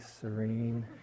serene